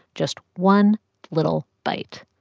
just one little bite,